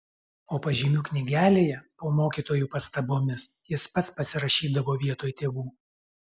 o pažymių knygelėje po mokytojų pastabomis jis pats pasirašydavo vietoj tėvų